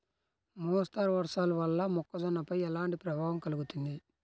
మోస్తరు వర్షాలు వల్ల మొక్కజొన్నపై ఎలాంటి ప్రభావం కలుగుతుంది?